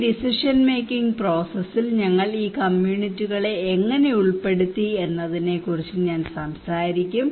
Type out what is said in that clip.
ഈ decision making പ്രോസസ്സിൽ ഞങ്ങൾ ഈ കമ്മ്യൂണിറ്റികളെ എങ്ങനെ ഉൾപ്പെടുത്തി എന്നതിനെക്കുറിച്ച് ഞാൻ സംസാരിക്കും